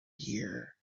year